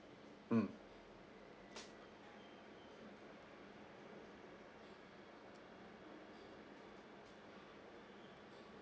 mm